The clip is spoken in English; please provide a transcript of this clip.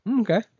Okay